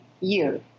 year